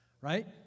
right